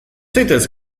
zaitez